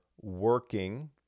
working